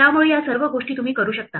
त्यामुळे या सर्व गोष्टी तुम्ही करू शकता